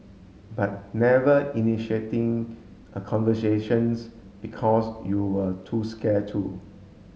but never initiating a conversations because you were too scared to